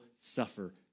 suffer